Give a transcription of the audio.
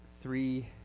three